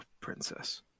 princess